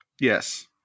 Yes